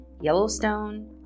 Yellowstone